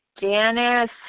Janice